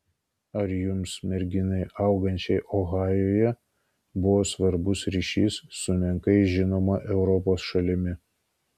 ar jums merginai augančiai ohajuje buvo svarbus ryšys su menkai žinoma europos šalimi